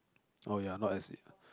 oh ya not as